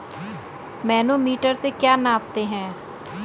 Manometer से क्या नापते हैं?